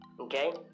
okay